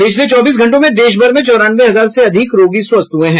पिछले चौबीस घंटों में देश भर में चौरानवे हजार से अधिक रोगी स्वस्थ हुए हैं